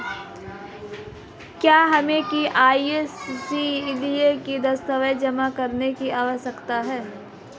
क्या हमें के.वाई.सी के लिए कोई दस्तावेज़ जमा करने की आवश्यकता है?